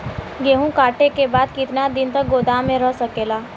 गेहूँ कांटे के बाद कितना दिन तक गोदाम में रह सकेला?